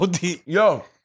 Yo